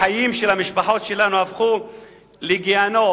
החיים של המשפחות שלנו הפכו לגיהינום.